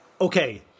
Okay